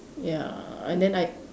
ya and then I